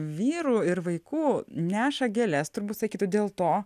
vyrų ir vaikų neša gėles turbūt sakytų dėl to